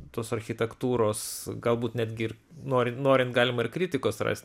tos architektūros galbūt netgi ir norint norint galima ir kritikos rast